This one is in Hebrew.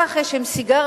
כך יש עם סיגריות,